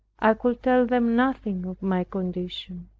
i could tell them nothing of my condition.